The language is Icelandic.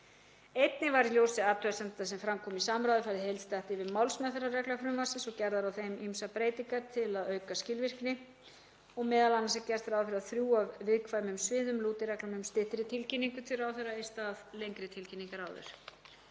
Einnig var í ljósi athugasemda sem fram komu í samráði farið heildstætt yfir málsmeðferðarreglur frumvarpsins og gerðar á þeim ýmsar breytingar til að auka skilvirkni, m.a. er gert ráð fyrir að þrjú af viðkvæmum sviðum lúti reglunni um styttri tilkynningu til ráðherra í stað lengri tilkynningar áður.